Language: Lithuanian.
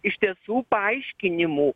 iš tiesų paaiškinimų